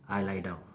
I lie down